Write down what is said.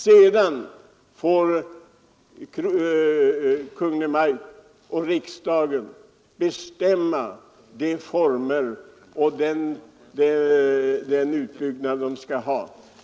Sedan får Kungl. Maj:t och riksdagen bestämma de former och den utbyggnad man skall ha.